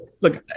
look